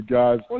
guys